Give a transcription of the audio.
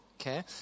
okay